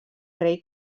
rei